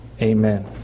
Amen